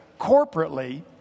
corporately